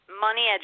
money